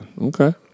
Okay